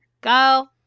go